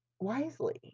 wisely